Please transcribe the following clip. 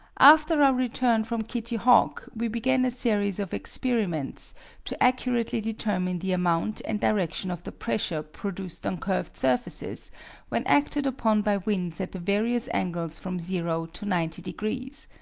after our return from kitty hawk we began a series of experiments to accurately determine the amount and direction of the pressure produced on curved surfaces when acted upon by winds at the various angles from zero to ninety degrees.